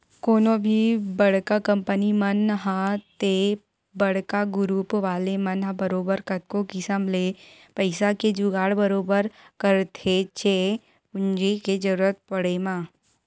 कोनो भी बड़का कंपनी मन ह ते बड़का गुरूप वाले मन ह बरोबर कतको किसम ले पइसा के जुगाड़ बरोबर करथेच्चे पूंजी के जरुरत पड़े म